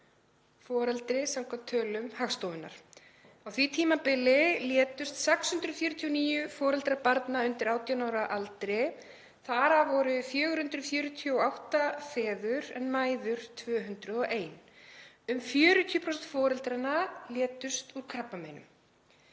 foreldri samkvæmt tölum Hagstofunnar. Á því tímabili létust 649 foreldrar barna undir 18 ára aldri en þar af voru 448 feður en mæður 201. Um 40% foreldranna létust úr krabbameinum.